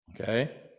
okay